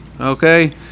okay